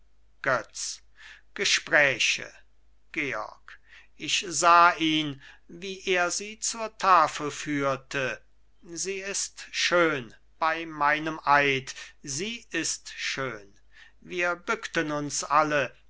götz gespräche georg ich sah ihn wie er sie zur tafel führte sie ist schön bei meinem eid sie ist schön wir bückten uns alle